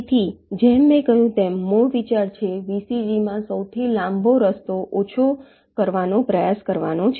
તેથી જેમ મેં કહ્યું તેમ મૂળ વિચાર એ VCG માં સૌથી લાંબો રસ્તો ઓછો કરવાનો પ્રયાસ કરવાનો છે